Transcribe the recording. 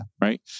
right